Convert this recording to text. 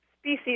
species